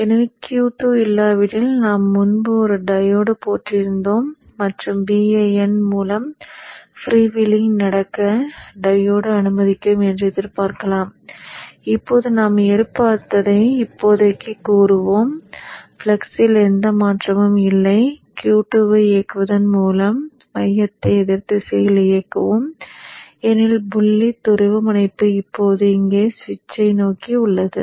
எனவே Q2 இல்லாவிடில் நாம் முன்பு ஒரு டையோடு போட்டிருந்தோம் மற்றும் Vin மூலம் ஃப்ரீவீலிங் நடக்க டையோடு அனுமதிக்கும் என்று எதிர்பார்க்கலாம் இப்போது நாம் எதிர்பார்ப்பதை இப்போதைக்குக் கூறுவோம் ஃப்ளக்ஸில் எந்த மாற்றமும் இல்லை Q2 ஐ இயக்குவதன் மூலம் மையத்தை எதிர் திசையில் இயக்குவோம் ஏனெனில் புள்ளி துருவமுனைப்பு இப்போது இங்கே சுவிட்சை நோக்கி உள்ளது